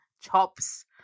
chops